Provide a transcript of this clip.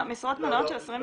משרות מלאות של 20 איש?